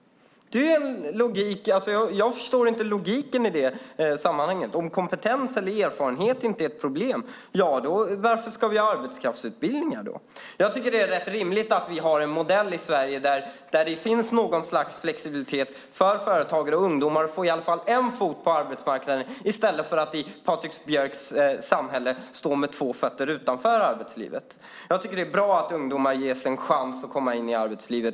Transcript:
Jag förstår inte logiken i det sammanhanget. Om kompetens eller erfarenhet inte är ett problem - varför ska vi då ha arbetskraftsutbildningar? Jag tycker att det är rätt rimligt att vi har en modell i Sverige där det finns något slags flexibilitet för företag och där ungdomar får in i alla fall en fot på arbetsmarknaden i stället för att som i Patrik Björcks samhälle stå med två fötter utanför arbetslivet. Jag tycker att det är bra att ungdomar ges en chans att komma in i arbetslivet.